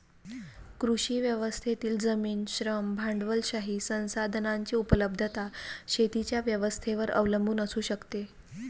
कृषी व्यवस्थेतील जमीन, श्रम, भांडवलशाही संसाधनांची उपलब्धता शेतीच्या व्यवस्थेवर अवलंबून असू शकते